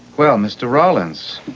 well, mr. rollins,